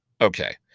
Okay